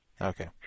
Okay